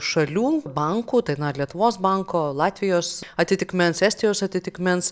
šalių bankų tai na lietuvos banko latvijos atitikmens estijos atitikmens